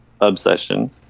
obsession